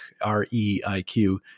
R-E-I-Q